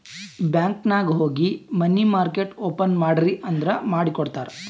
bank ನಾಗ್ ಹೋಗಿ money market open ಮಾಡ್ರಿ ಅಂದುರ್ ಮಾಡಿ ಕೊಡ್ತಾರ್